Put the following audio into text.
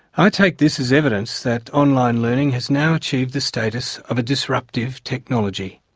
i take this as evidence that online learning has now achieved the status of a disruptive technology.